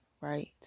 right